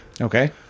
Okay